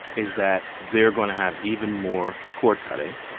is that they're going to have even more cord cutting.